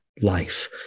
life